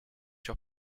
sur